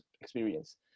experience